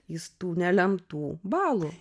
jis tų nelemtų balų